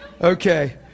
Okay